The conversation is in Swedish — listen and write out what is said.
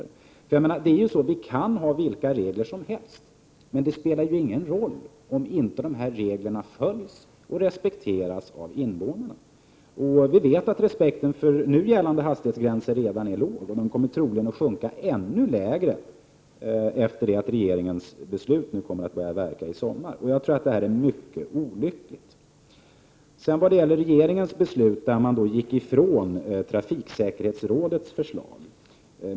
ökad trafiksäker On Pkadtrajiksäker Det är naturligtvis å å ena sidan fråga om detta, men å andra sidan är det också ei FS Er Me Ne SM AS roll om inte reglerna följs och respekteras av invånarna. Vi vet att respekten — Prot. 1988/89:124 för nu gällande hastighetsgränser redan är låg, och den kommer troligen att 30 maj 1989 sjunka ännu lägre efter det att regeringens beslut börjat gälla i sommar. Jag tycker detta är mycket olyckligt. Regeringen gick i sitt beslut ifrån trafiksäkerhetsrådets förslag.